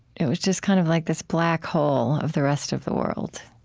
it was just kind of like this black hole of the rest of the world.